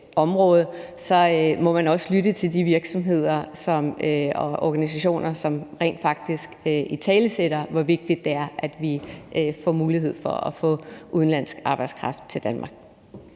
så må man også lytte til de virksomheder og organisationer, som rent faktisk italesætter, hvor vigtigt det er, at vi får mulighed for at få udenlandsk arbejdskraft til Danmark.